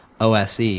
OSE